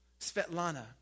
Svetlana